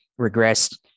regressed